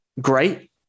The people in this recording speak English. great